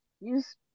use